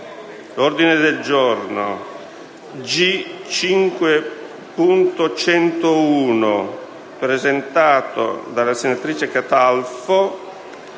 L'ordine del giorno G5.101, presentato dalla senatrice Catalfo,